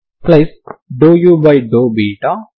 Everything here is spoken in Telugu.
∂βdyu అవుతుంది